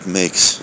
makes